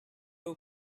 blue